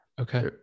Okay